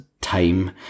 time